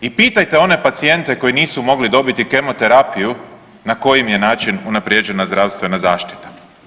I pitajte one pacijente koji nisu mogli dobiti kemoterapiju na koji im je način unaprijeđena zdravstvena zaštita.